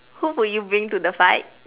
who would you bring to the fight